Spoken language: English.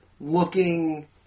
looking